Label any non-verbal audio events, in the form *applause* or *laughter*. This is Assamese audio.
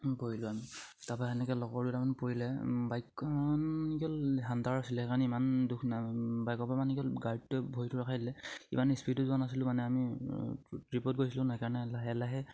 পৰিলোঁ আমি তাৰপা তেনেকে লগৰ দুটামান পৰিলে বাইকখন *unintelligible* সেইকাৰণে ইমান দুখ *unintelligible* ইমান স্পীডতো যোৱা নাছিলোঁ মানে আমি ট্ৰিপত গৈছিলোঁ সেইকাৰণে লাহে লাহে